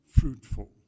fruitful